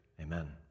amen